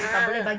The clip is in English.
a'ah